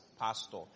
pastor